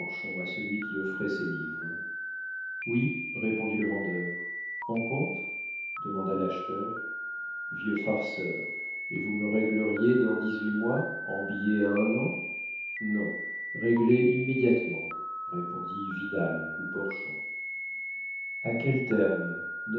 à celui qui offrait ses livres oui répondit le vendeur en compte demanda l'acheteur vieux farceur et vous me régleriez dans dix-huit mois en billets à un an non réglés immédiatement répondit vidal ou porchon a quel terme